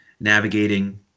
navigating